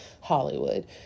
Hollywood